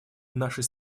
нашей